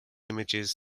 images